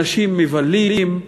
אנשים מבלים,